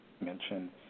mention